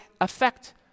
affect